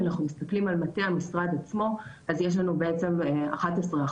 אנחנו מסתכלים על מטה המשרד עצמו אז יש לנו בעצם 11%,